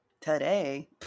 today